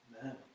Amen